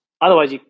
Otherwise